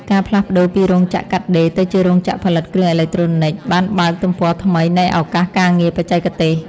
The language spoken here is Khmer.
ការផ្លាស់ប្តូរពីរោងចក្រកាត់ដេរទៅជារោងចក្រផលិតគ្រឿងអេឡិចត្រូនិចបានបើកទំព័រថ្មីនៃឱកាសការងារបច្ចេកទេស។